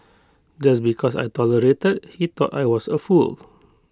just because I tolerated he thought I was A fool